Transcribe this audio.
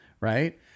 right